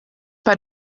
bei